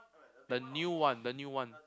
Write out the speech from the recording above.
the new one the new one